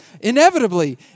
inevitably